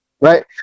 right